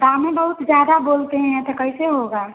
दामे बहुत ज़्यादा बोलते हैं तो कैसे होगा